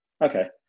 Okay